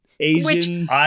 Asian